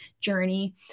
journey